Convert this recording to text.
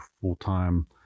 full-time